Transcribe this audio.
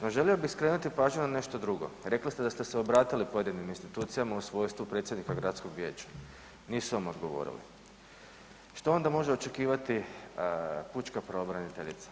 No želio bih skrenuti pažnju na nešto drugo, rekli ste da ste se obratili pojedinim institucijama u svojstvu predsjednika gradskog vijeća, nisu vam odgovorili, što onda može očekivati pučka pravobraniteljica.